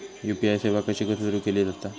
UPI सेवा कशी सुरू केली जाता?